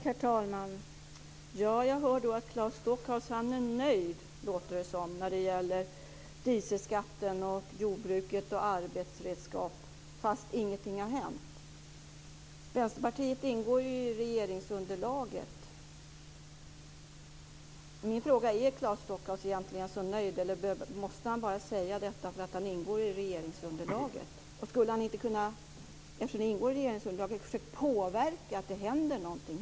Herr talman! Jag hör att Claes Stockhaus låter nöjd när det gäller dieselskatten för jordbrukets arbetsredskap fastän ingenting har hänt. Vänsterpartiet ingår ju i regeringsunderlaget. Min fråga är om Claes Stockhaus egentligen är så nöjd eller om han måste säga det därför att han ingår i regeringsunderlaget. Skulle han inte eftersom han ingår i regeringsunderlaget försöka att påverka så att det händer någonting?